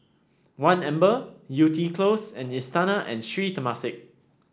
One Amber Yew Tee Close and Istana and Sri Temasek